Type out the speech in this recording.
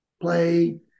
play